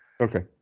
Okay